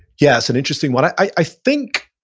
yeah. it's an interesting one. i i think,